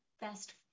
best